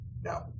No